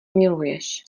miluješ